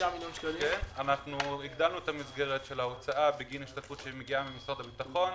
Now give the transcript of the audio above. אנחנו הגדלנו את המסגרת של ההוצאה בגין השתתפות שמגיעה ממשרד הביטחון,